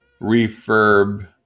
refurb